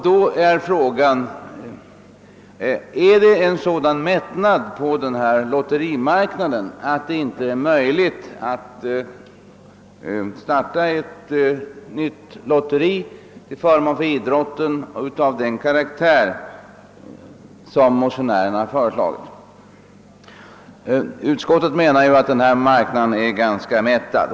Då är frågan: Råder det sådan mättnad på lotterimarknaden att det inte är möjligt att starta ett nytt lotteri av den karaktär som motionärerna har föreslagit till förmån för idrotten? Utskottet menar att denna marknad är ganska mättad.